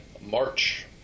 March